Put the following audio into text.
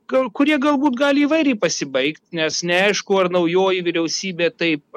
gal kurie galbūt gali įvairiai pasibaigt nes neaišku ar naujoji vyriausybė taip